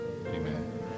amen